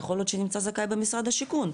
יכול להיות שנמצא זכאי במשרד השיכון,